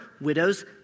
widows